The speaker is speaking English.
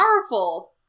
Powerful